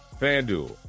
FanDuel